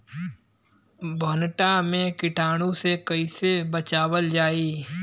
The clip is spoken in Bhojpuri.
भनटा मे कीटाणु से कईसे बचावल जाई?